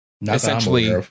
Essentially